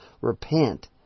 repent